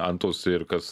antausį ir kas